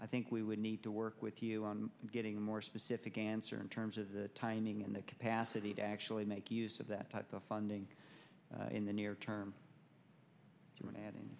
i think we would need to work with you on getting more specific answer in terms of the timing and the capacity to actually make use of that type of funding in the near term when adding